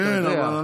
אתה יודע.